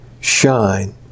shine